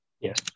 Yes